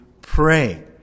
pray